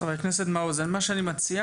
חבר הכנסת מעוז, אני מציע